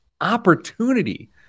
opportunity